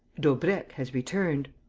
daubrecq has returned.